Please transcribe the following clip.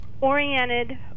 oriented